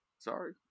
Sorry